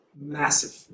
massive